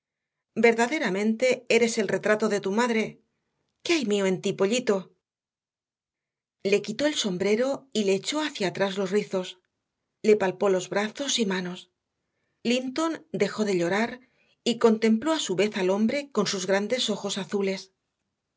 verdaderamente eres el retrato de tu madre qué hay mío en ti pollito le quitó el sombrero y le echó hacia atrás los rizos le palpó los brazos y manos linton dejó de llorar y contempló a su vez al hombre con sus grandes ojos azules